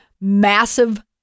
massive